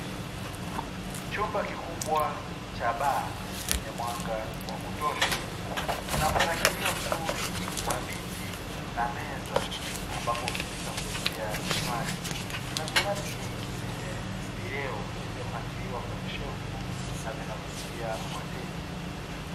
Chumba kikubwa cha baa chenye mwanga wa kutosha, kina mpangilio mzuri wa viti na meza, ambapo hutumika kuwekea vinywaji. Kina vinywaji vingi vyenye vileo vilivopangiliwa kwenye shelfu na vinavutia wateja.